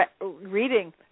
reading